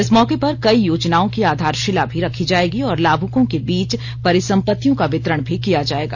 इस मौके पर कई योजनाओं की आधारशिला भी रखी जाएगी और लाभुकों के बीच परिसंपतियों का वितरण भी किया जाएगा